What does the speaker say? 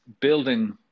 building